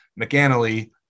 McAnally